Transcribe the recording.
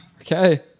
Okay